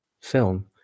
Film